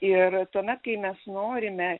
ir tuomet kai mes norime